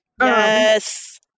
Yes